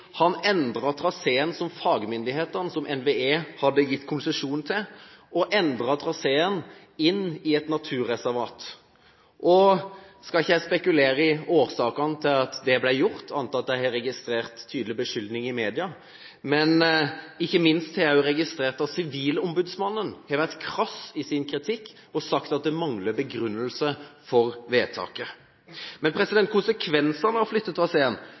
han endret traseen som fagmyndigheten, NVE, hadde gitt konsesjon til, inn i et naturreservat. Nå skal ikke jeg spekulere i årsakene til at dette ble gjort, annet enn at jeg har registrert en tydelig beskyldning i media, men jeg har også ikke minst registrert at Sivilombudsmannen har vært krass i sin kritikk og sagt at det mangler begrunnelse for vedtaket. Men konsekvensene av å flytte traseen